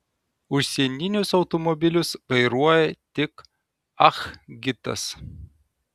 užsieninius automobilius vairuoja tik ah gitas